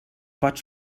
pot